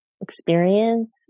experience